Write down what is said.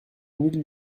mille